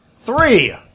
Three